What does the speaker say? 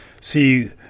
see